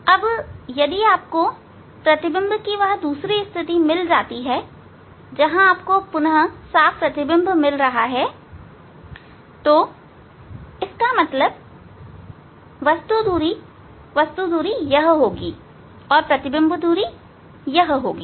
अब यदि आपको लेंस की वह दूसरी स्थिति मिल जाती है जहां आपको उसी जगह पर पुनः प्रतिबिंब मिल रहा है तो इसका मतलब वस्तु दूरी वस्तु दूरी यह होगी और प्रतिबिंब दूरी यह होगी